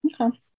Okay